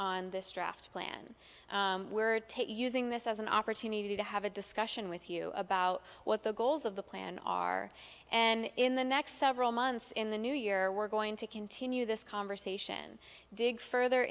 on this draft plan we're taking using this as an opportunity to have a discussion with you about what the goals of the plan are and in the next several months in the new year we're going to continue this conversation dig further